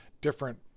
different